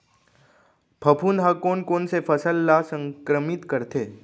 फफूंद ह कोन कोन से फसल ल संक्रमित करथे?